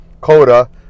Coda